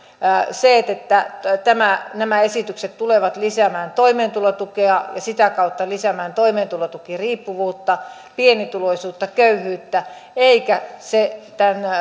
se että nämä esitykset tulevat lisäämään toimeentulotukea ja sitä kautta lisäämään toimeentulotukiriippuvuutta pienituloisuutta köyhyyttä eikä